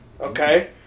okay